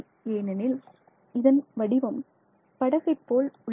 ஏனெனில் இதன் வடிவம் படகை போல் உள்ளது